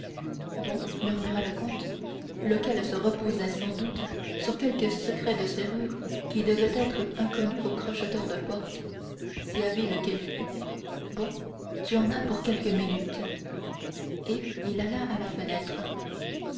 bon murmura le comte lequel se reposait sans doute sur quelque secret de serrurerie qui devait être inconnu au crocheteur de portes si habile qu'il fût bon tu en as pour quelques minutes et il alla à la fenêtre